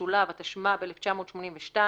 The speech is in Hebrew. התשמ"ב 1982‏